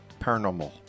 paranormal